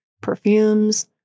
perfumes